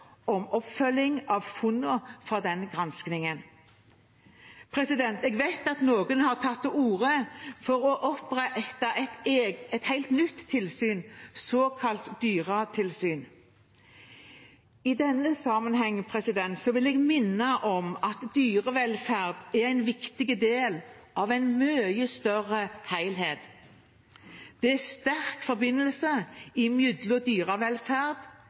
om oppfølging av funnene fra granskingen. Jeg vet at noen har tatt til orde for å opprette et helt nytt tilsyn, et såkalt dyretilsyn. I denne sammenhengen vil jeg minne om at dyrevelferd er en viktig del av en mye større helhet. Det er sterk forbindelse mellom dyrevelferd, dyrehelse, mattrygghet og